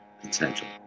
potential